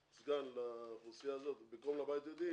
אם הוא ייתן סגן לאוכלוסייה הזאת במקום לבית היהודי,